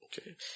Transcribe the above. Okay